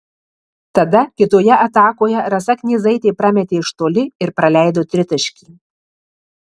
tada kitoje atakoje rasa knyzaitė prametė iš toli ir praleido tritaškį